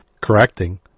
correcting